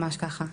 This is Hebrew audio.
ממש ככה,